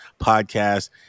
podcast